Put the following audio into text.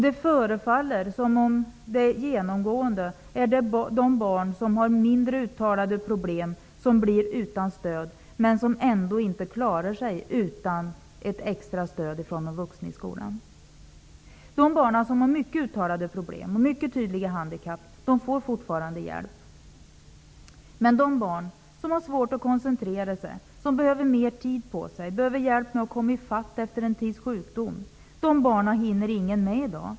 Det förefaller som om det genomgående är de barn som har mindre uttalade problem som blir utan stöd, men de klarar sig inte utan extra stöd från de vuxna i skolan. De barn som har många uttalade problem och mycket tydliga handikapp får fortfarande hjälp. Men de barn som har svårt att koncentrera sig, som behöver mer tid på sig och som behöver hjälp med att komma ifatt efter en tids sjukdom hinner ingen med i dag.